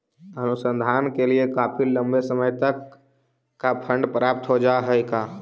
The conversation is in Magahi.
अनुसंधान के लिए काफी लंबे समय तक का फंड प्राप्त हो जा हई का